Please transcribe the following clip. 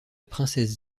princesse